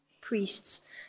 priests